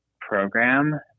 program